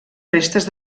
restes